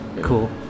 Cool